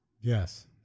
Yes